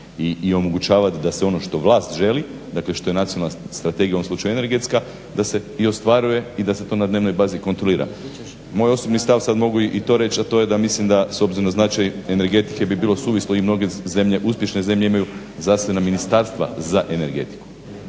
i omogućavat da se ono što vlast želi, dakle što je nacionalna strategija u ovom slučaju energetska da se i ostvaruje i da se to na dnevnoj bazi kontrolira. Moj osobni stav sad mogu i to reći a to je da mislim da s obzirom na značaj energetike bi bilo suvislo i mnoge zemlje, uspješne zemlje imaju zasebna ministarstva za energetiku.